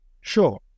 Sure